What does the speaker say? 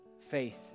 faith